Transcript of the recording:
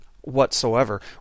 whatsoever